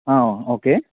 ആ ഓക്കെ